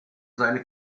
seine